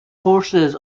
forces